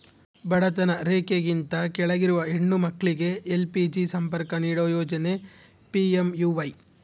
ಬಡತನ ರೇಖೆಗಿಂತ ಕೆಳಗಿರುವ ಹೆಣ್ಣು ಮಕ್ಳಿಗೆ ಎಲ್.ಪಿ.ಜಿ ಸಂಪರ್ಕ ನೀಡೋ ಯೋಜನೆ ಪಿ.ಎಂ.ಯು.ವೈ